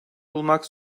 bulmak